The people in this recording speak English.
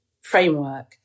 framework